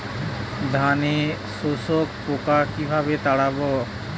ধানে শোষক পোকা কিভাবে তাড়াব?